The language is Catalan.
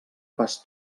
pas